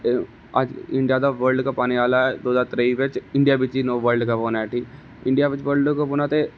India दा world cup आने आहला ऐ दौ हजार त्रेई बिच इंडियां बिच ही बल्ड कप होना ऐ ठीक ऐ इंडियां बिच बल्डकप होना ते